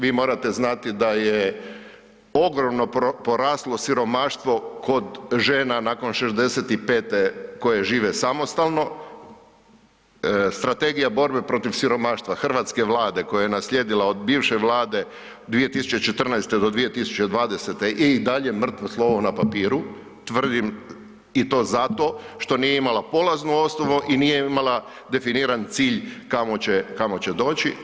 Vi morate znati da je ogromno poraslo siromaštvo kod žena nakon 65.-te koje žive samostalno, strategija borbe protiv siromaštva hrvatske Vlade koja je naslijedila od bivše Vlade 2014. do 2020. i dalje je mrtvo slovo na papiru, tvrdim i to zato što nije imala polaznu osnovu i nije imala definiran cilj kamo će, kamo će doći.